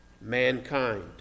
mankind